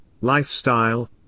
lifestyle